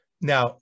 Now